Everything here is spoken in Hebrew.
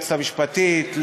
היועצת המשפטית,